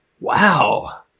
Wow